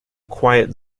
quiet